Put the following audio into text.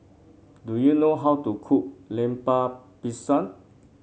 do you know how to cook Lemper Pisang